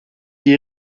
die